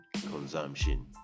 consumption